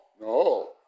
No